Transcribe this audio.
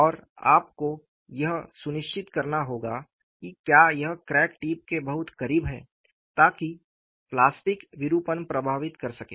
और आपको यह सुनिश्चित करना होगा कि क्या यह क्रैक टिप के बहुत करीब है ताकि प्लास्टिक विरूपण प्रभावित कर सके